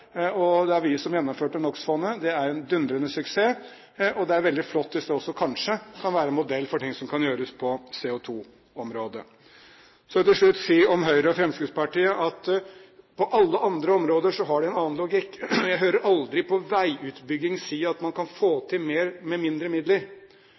det. Det var vi som gjennomførte NOx-fondet. Det er en dundrende suksess, og det er veldig flott hvis det også kanskje kan være en modell for ting som kan gjøres på CO2-området. Så vil jeg til slutt si om Høyre og Fremskrittspartiet at på alle andre områder har de en annen logikk. Jeg hører dem aldri om veiutbygging si at man kan få